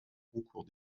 concours